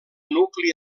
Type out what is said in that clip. nucli